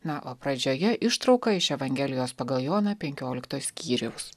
na o pradžioje ištrauka iš evangelijos pagal joną penkiolikto skyriaus